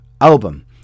album